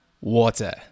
water